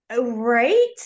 right